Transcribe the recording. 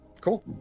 cool